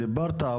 דיברת,